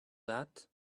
that